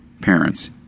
parents